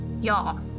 Y'all